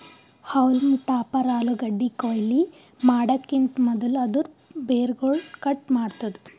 haulm topper ಆಲೂಗಡ್ಡಿ ಕೊಯ್ಲಿ ಮಾಡಕಿಂತ್ ಮದುಲ್ ಅದೂರ್ ಬೇರುಗೊಳ್ ಕಟ್ ಮಾಡ್ತುದ್